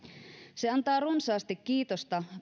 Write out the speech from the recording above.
se antaa runsaasti kiitosta